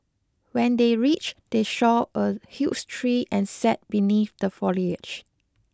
when they reached they saw a huge tree and sat beneath the foliage